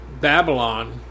Babylon